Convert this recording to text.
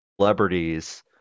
celebrities